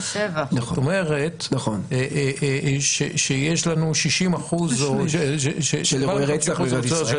זאת אומרת שיש לנו למעלה מ-50% שלא מפוענחים,